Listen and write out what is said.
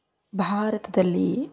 ಭಾರತದಲ್ಲಿ